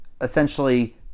essentially